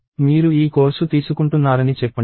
మీరు ఈ కోర్సు తీసుకుంటున్నారని చెప్పండి